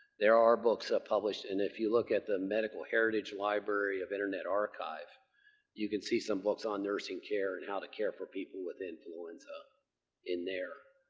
there are books published and if you look at the medical heritage library of internet archive you can see some books on nursing care and how to care for people with influenza in there.